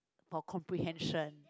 or comprehension